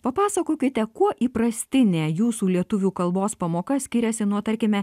papasakokite kuo įprastinė jūsų lietuvių kalbos pamoka skiriasi nuo tarkime